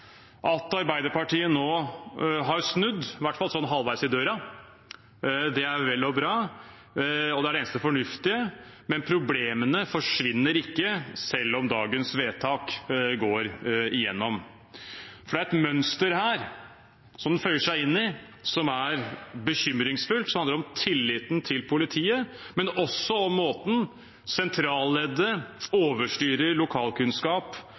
At Arbeiderpartiet nå har snudd, i hvert fall sånn halvveis i døra, er vel og bra, og det er det eneste fornuftige, men problemene forsvinner ikke selv om dagens vedtak går igjennom. For det er et mønster her som det føyer seg inn i, som er bekymringsfullt, som handler om tilliten til politiet, men også om måten sentralleddet overstyrer lokalkunnskap